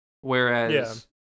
whereas